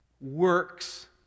works